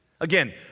Again